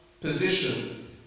position